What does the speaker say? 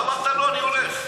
אמרת: לא, אני הולך.